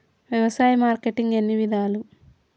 వ్యవసాయ మార్కెటింగ్ ఎన్ని విధాలు?